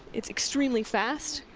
it's extremely fast.